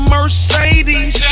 Mercedes